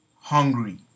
Hungry